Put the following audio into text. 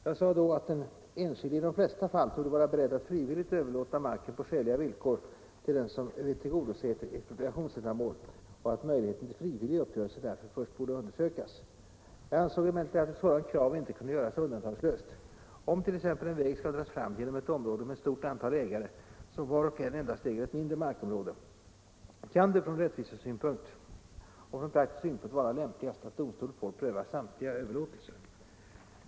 Jag uttalade då att den enskilde i de flesta — Nr 77 fall torde vara beredd att frivilligt överlåta marken på skäliga villkor Måndagen den till den som vill tillgodose ett expropriationsändamål och att möjligheten 12 maj 1975 till frivillig uppgörelse därför först borde undersökas. Jag ansåg emellertid att ett sådant krav inte kunde göras undantagslöst. Om t.ex. en väg Om information skall dras fram genom ett område med ett stort antal ägare, som var = och förhandlingar och en endast äger ett mindre markområde, kan det från rättvisesynpunkt vid expropriation av och från praktisk synpunkt vara lämpligast att domstol får pröva samtliga — mark överlåtelser.